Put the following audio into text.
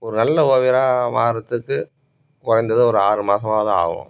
ஒரு நல்ல ஓவியராக மாறுவதுக்கு குறைந்தது ஒரு ஆறு மாதமாவது ஆகும்